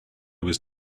was